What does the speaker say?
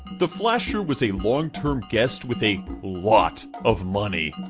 the flasher was a long-term guest with a lot of money.